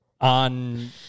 on